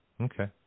Okay